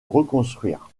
reconstruire